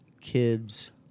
kids